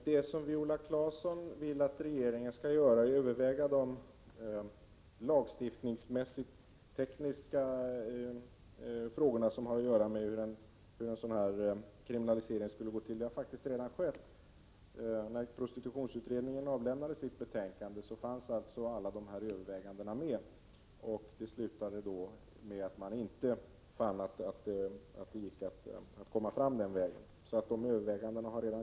Herr talman! Viola Claesson vill att regeringen skall överväga de lagstiftningstekniska frågorna om hur en sådan här kriminalisering skall ske. Det har faktiskt redan gjorts. När prostitutionsutredningen avlämnade sitt betänkande fanns alla dessa överväganden med. Den slutsats man kom fram till var att det inte gick att komma fram den vägen.